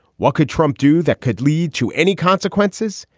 what could trump do that could lead to any consequences?